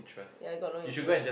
ya I got no insurance